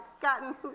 gotten